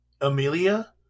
Amelia